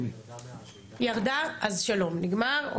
היא ירדה מהזום, אז שלום, נגמר.